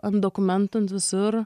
ant dokumentų ant visur